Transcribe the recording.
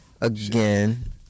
again